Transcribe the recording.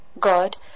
God